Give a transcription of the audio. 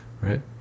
right